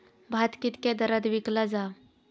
भात कित्क्या दरात विकला जा?